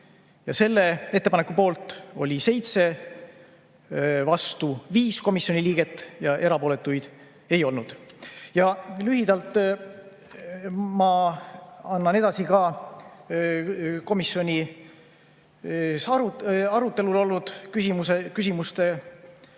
Selle ettepaneku poolt oli 7, vastu 5 komisjoni liiget ja erapooletuid ei olnud. Lühidalt annan edasi ka komisjoni arutelul olnud küsimused.